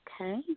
Okay